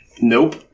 Nope